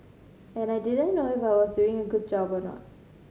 and I didn't know if I was doing a good job or not